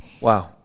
Wow